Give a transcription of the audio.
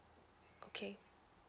okay